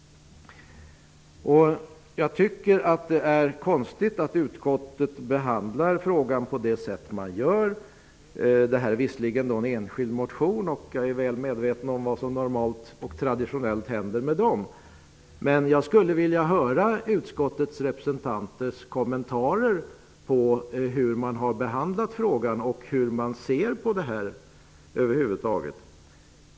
Det är konstigt att utskottet behandlar frågan på det sätt man gör. Det här är visserligen en enskild motion, och jag är väl medveten om vad som traditionellt händer med en sådan. Jag skulle ändå vilja höra utskottsledamöternas kommentarer till behandlingen av frågan och hur de ser på den över huvud taget.